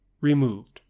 removed